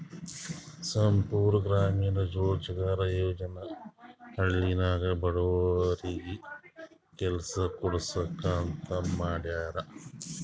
ಸಂಪೂರ್ಣ ಗ್ರಾಮೀಣ ರೋಜ್ಗಾರ್ ಯೋಜನಾ ಹಳ್ಳಿನಾಗ ಬಡವರಿಗಿ ಕೆಲಸಾ ಕೊಡ್ಸಾಕ್ ಅಂತ ಮಾಡ್ಯಾರ್